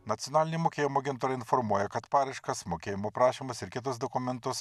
nacionalinė mokėjimo agentūra informuoja kad paraiškas mokėjimo prašymus ir kitus dokumentus